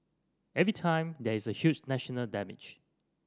every time there is a huge national damage